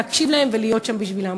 להקשיב להם ולהיות שם בשבילם.